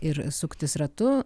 ir suktis ratu